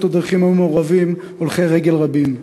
הדרכים היו מעורבים הולכי רגל רבים,